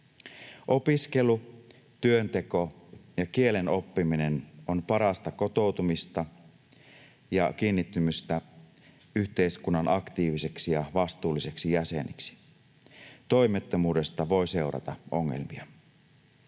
Opiskelu, työnteko ja kielen oppiminen on parasta kotoutumista ja kiinnittymistä yhteiskunnan aktiiviseksi ja vastuulliseksi jäseneksi. Toimettomuudesta voi seurata ongelmia.